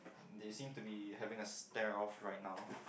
they seem to be having a stare off right now